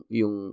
yung